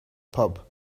pub